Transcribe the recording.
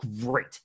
great